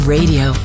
Radio